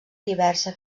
diversa